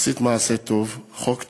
עשית מעשה טוב, חוק טוב,